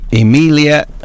Emilia